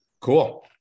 Cool